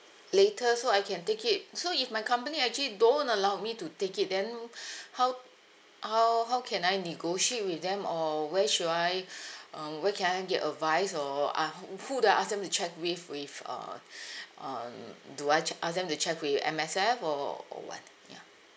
later so I can take it so if my company actually don't allow me to take it then how how how can I negotiate with them or where should I um where can I get advice or ah wh~ who do I ask them to check with with uh um do I che~ ask them to check with M_S_F or or what ya